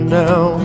now